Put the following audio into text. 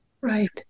right